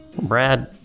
Brad